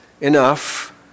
enough